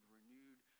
renewed